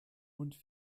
und